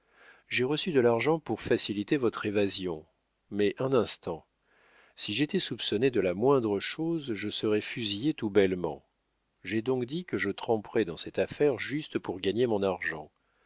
j'ai reçu de l'argent pour faciliter votre évasion mais un instant si j'étais soupçonné de la moindre chose je serais fusillé tout bellement j'ai donc dit que je tremperais dans cette affaire juste pour gagner mon argent